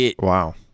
Wow